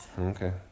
Okay